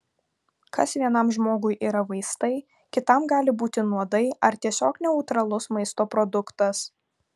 kas vienam žmogui yra vaistai kitam gali būti nuodai ar tiesiog neutralus maisto produktas